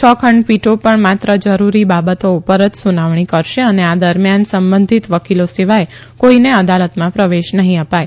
છ ખંડપીઠો પણ માત્ર જરૂરી બાબતો ઉપર જ સુનાવણી કરશે અને આ દરમિયાન સંબંધિત વકીલો સિવાય કોઇને અદાલતમાં પ્રવેશ નહી અપાય